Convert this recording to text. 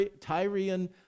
Tyrian